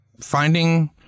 finding